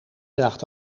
draagt